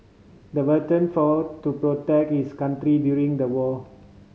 the veteran fought to protect his country during the war